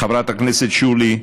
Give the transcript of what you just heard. חברת הכנסת שולי,